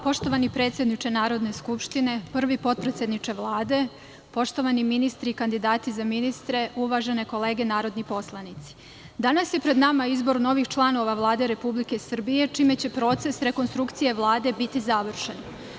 Poštovani predsedniče Narodne skupštine, prvi potpredsedniče Vlade, poštovani ministri i kandidati za ministre, uvažene kolege narodni poslanici, danas je pred nama izbor novih članova Vlade Republike Srbije, čime će proces rekonstrukcije Vlade biti završen.